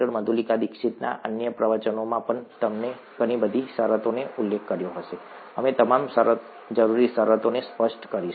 મધુલિકા દીક્ષિતના અન્ય પ્રવચનોમાં પણ તેમણે ઘણી બધી શરતોનો ઉલ્લેખ કર્યો હશે અમે તમામ જરૂરી શરતોને સ્પષ્ટ કરીશું